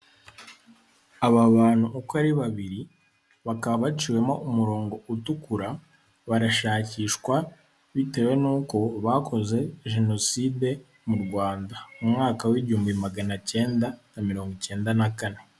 Aba bantu uko ari babiri bakaba baciwemo umurongo utukura, barashakishwa bitewe n'uko bakoze jenoside mu Rwanda mu mwaka w'ibihumbi magana cyenda na mirongo cyenda na kane.